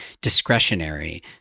discretionary